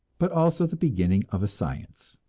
but also the beginning of a science.